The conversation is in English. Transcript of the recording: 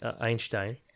Einstein